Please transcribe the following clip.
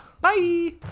Bye